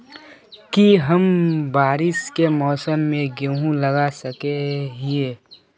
की हम बारिश के मौसम में गेंहू लगा सके हिए?